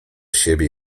siebie